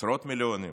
עשרות מיליונים?